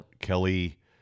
Kelly